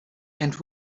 and